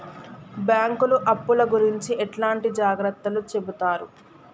బ్యాంకులు అప్పుల గురించి ఎట్లాంటి జాగ్రత్తలు చెబుతరు?